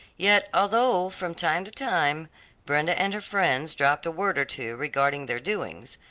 yet although from time to time brenda and her friends dropped a word or two regarding their doings,